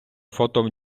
фото